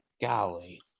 Golly